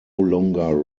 longer